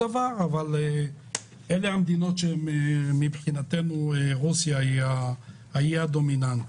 מן המדינות מבחינתנו רוסיה היא המדינה הדומיננטית.